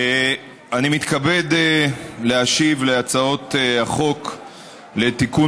אני מתכבד להשיב על הצעות החוק לתיקון